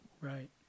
Right